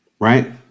right